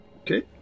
okay